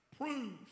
prove